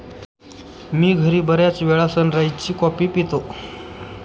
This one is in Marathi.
मी घरी बर्याचवेळा सनराइज ची कॉफी पितो